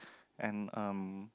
and um